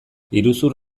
iruzur